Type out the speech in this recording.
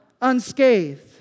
unscathed